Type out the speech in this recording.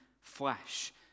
flesh